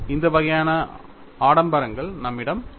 இந்த வகையான ஆடம்பரங்கள் நம்மிடம் இல்லை